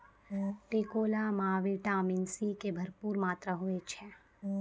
टिकोला मॅ vitamin C के भरपूर मात्रा होय छै